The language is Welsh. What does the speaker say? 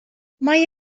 mae